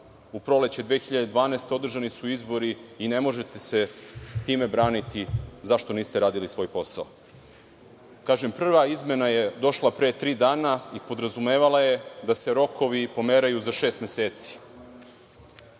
u proleće 2012. godine održani izbori i ne možete se time braniti zašto niste radili svoj posao. Kažem, prva izmena je došla pre tri dana i podrazumevala je da se rokovi pomeraju za šest meseci.